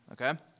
okay